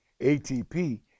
ATP